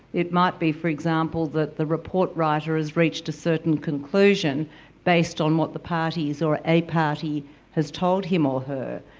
it might be, for example, that the report writer has reached a certain conclusion based on what the parties or a party has told him or her.